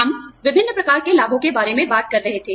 हम विभिन्न प्रकार के लाभों के बारे में बात कर रहे थे